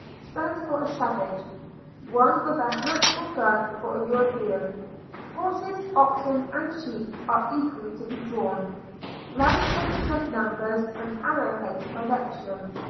stands for a savage one with a hat or gun for a european horses, oxen, and sheep are equally to be drawn lines represent numbers, and arrow-heads direction.